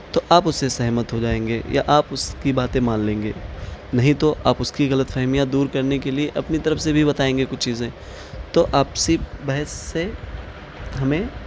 تو آپ اس سے سہمت ہو جائیں گے یا آپ اس کی باتیں مان لیں گے نہیں تو آپ اس کی غلط فہمیاں دور کرنے کے لیے اپنی طرف سے بھی بتائیں گے کچھ چیزیں تو آپسی بحث سے ہمیں